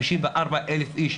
54,000 איש,